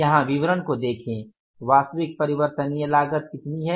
यहाँ विवरण को देखें वास्तविक परिवर्तनीय लागत कितनी है